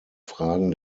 fragen